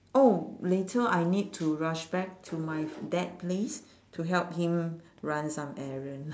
oh later I need to rush back to my dad place to help him run some errand